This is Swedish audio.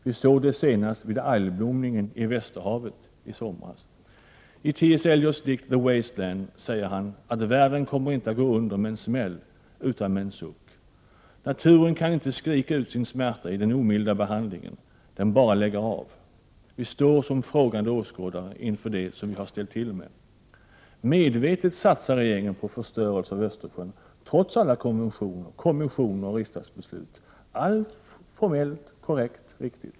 Vi såg detta senast vid algblomningen i Västerhavet i somras. T.S. Eliot säger i sin dikt The Waste Land att världen inte kommer att gå under med en smäll, utan med en suck. Naturen kan inte skrika ut sin smärta i den omilda behandlingen, den bara lägger av. Vi står som frågande åskådare inför det som vi har ställt till med. Medvetet satsar regeringen på förstörelse av Östersjön, trots alla konventioner, kommissioner och riksdagsbeslut; allt formellt korrekt.